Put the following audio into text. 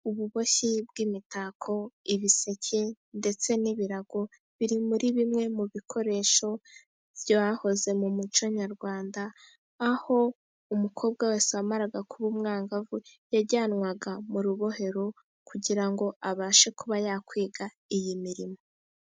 Ububoshyi bw'imitako ibiseke ndetse n'ibirago, biri muri bimwe mu bikoresho byahoze mu muco nyarwanda, aho umukobwa wese wamaraga kuba umwangavu yajyanwaga mu rubohero ,kugira ngo abashe kuba yakwiga iyi mirimo.